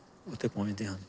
ਉੱਥੇ ਪਹੁੰਚਦੇ ਹਨ